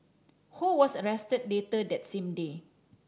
Ho was arrested later that same day